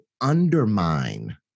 undermine